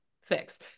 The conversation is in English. fix